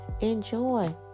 Enjoy